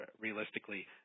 realistically